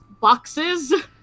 boxes